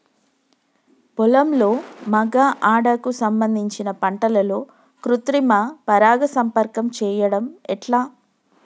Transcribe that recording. పొలంలో మగ ఆడ కు సంబంధించిన పంటలలో కృత్రిమ పరంగా సంపర్కం చెయ్యడం ఎట్ల?